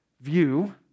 view